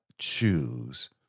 Choose